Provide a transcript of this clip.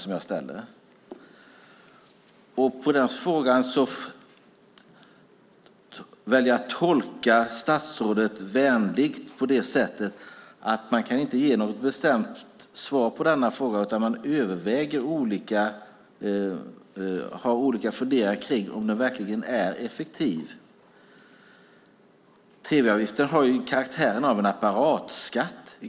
När det gäller svaret på den frågan väljer jag att tolka statsrådet vänligt på det sättet att man inte kan ge något väsentligt svar på frågan utan man funderar om avgiften verkligen är effektiv. Tv-avgiften har karaktären av en apparatskatt.